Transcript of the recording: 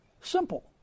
Simple